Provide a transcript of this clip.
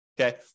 okay